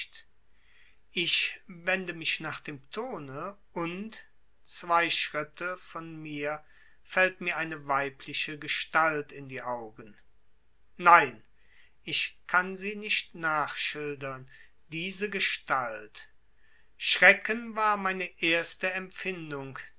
ich wende mich nach dem tone und zwei schritte von mir fällt mir eine weibliche gestalt in die augen nein ich kann sie nicht nachschildern diese gestalt schrecken war meine erste empfindung